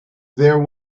there